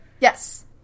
Yes